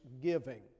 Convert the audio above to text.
giving